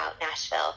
Nashville